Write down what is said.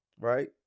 Right